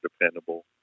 dependable